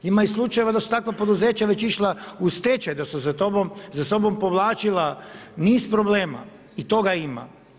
Ima i slučajeva da su takva poduzeća već išla u stečaj da su za sobom povlačila niz problema, i toga ima.